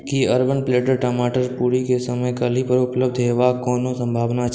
की Urban Platter टमाटर प्यूरीके समय काल्हिपर उपलब्ध होयबाक कोनो सम्भावना छै